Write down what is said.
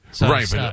right